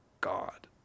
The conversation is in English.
God